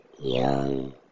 young